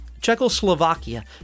Czechoslovakia